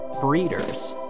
breeders